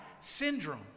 Syndrome